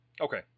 Okay